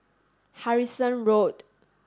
Harrison Road